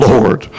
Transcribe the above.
Lord